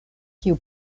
kiu